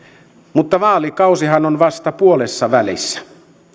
mutta vaalikausihan on vasta puolessavälissä